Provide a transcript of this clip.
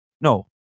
no